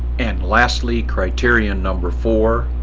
and, lastly, criterion number four,